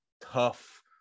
tough